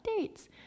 updates